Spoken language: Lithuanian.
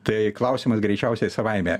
tai klausimas greičiausiai savaime